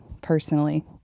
personally